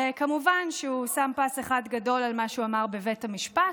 והוא כמובן שם פס אחד גדול על מה שהוא אמר בבית המשפט,